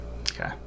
Okay